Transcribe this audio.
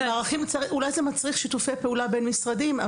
אולי זה מצריך שיתופי פעולה בין משרדים.